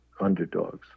underdogs